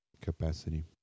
capacity